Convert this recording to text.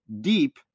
deep